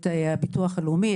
את הביטוח הלאומי,